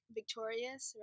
victorious